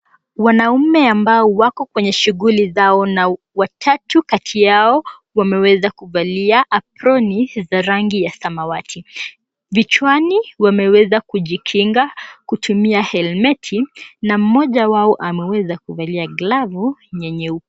Wanaume ambao wako kwenye shughuli zao na watatu kati yao wameweza kuvalia aproni za rangi ya samawati. Kichwani wameweza kujikinga kutumia helmeti na mmoja wao ameweza kuvalia glavu nyeupe.